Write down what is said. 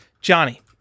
Johnny